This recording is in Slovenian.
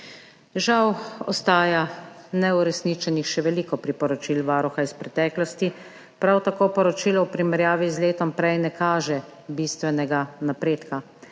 Žal ostaja neuresničenih še veliko priporočil Varuha iz preteklosti, prav tako poročilo v primerjavi z letom prej ne kaže bistvenega napredka.